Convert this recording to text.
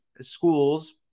schools